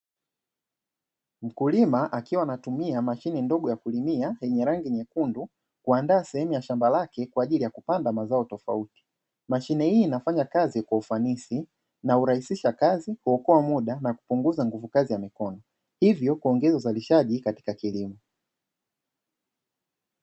Mkulima akiwa anatumia mashine ndogo ya kulimia yenye rangi nyekundu, kuandaa sehemu ya shamba lake kwa ajili ya kupanda mazao tofauti. Mashine hii inafanya kazi kwa ufanisi na hurahisisha kazi, kuokoa muda na kupunguza nguvu kazi ya mikono, hivyo kuongeza uzalishaji katika kilimo.